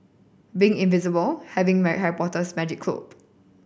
being invisible having Harry Potter's magic cloak